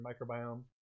microbiome